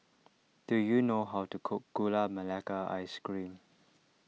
do you know how to cook Gula Melaka Ice Cream